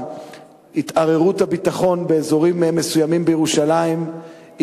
התערערות הביטחון באזורים מסוימים בירושלים,